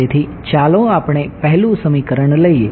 તેથી ચાલો આપણે પહેલું સમીકરણ લઈએ